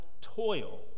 toil